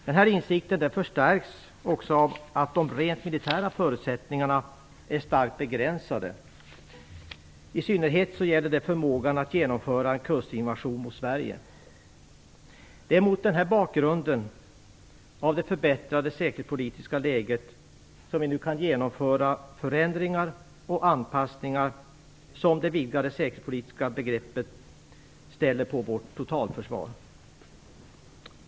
Denna insikt förstärks också av att de rent militära förutsättningarna är starkt begränsade. I synnerhet gäller detta förmågan att genomföra en kustinvasion mot Sverige. Det är mot denna bakgrund av det förbättrade säkerhetspolitiska läget som vi nu kan genomföra förändringar och anpassningar som det vidgade säkerhetspolitiska begreppet ställer på vårt totalförsvar.